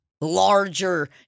Larger